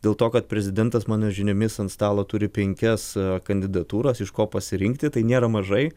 dėl to kad prezidentas mano žiniomis ant stalo turi penkias kandidatūras iš ko pasirinkti tai nėra mažai